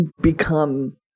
become